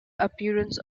appearance